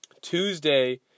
Tuesday